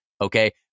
Okay